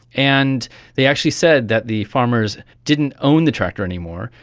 and they actually said that the farmers didn't own the tractor anymore,